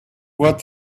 what